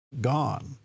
gone